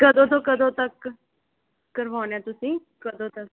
ਕਦੋਂ ਤੋਂ ਕਦੋਂ ਤੱਕ ਕਰਵਾਉਣਾ ਤੁਸੀਂ ਕਦੋਂ ਤੱਕ